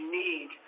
need